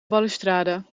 balustrade